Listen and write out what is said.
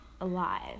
alive